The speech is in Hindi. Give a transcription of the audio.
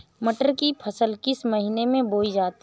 मटर की फसल किस महीने में बोई जाती है?